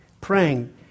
praying